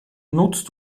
nutzt